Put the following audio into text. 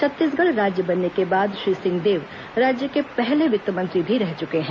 छत्तीसगढ़ राज्य बनने के बाद श्री सिंहदेव राज्य के पहले वित्त मंत्री भी रह चुके हैं